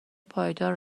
پایدار